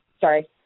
sorry